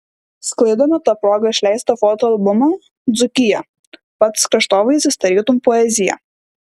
sklaidome ta proga išleistą fotoalbumą dzūkija pats kraštovaizdis tarytum poezija